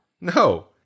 No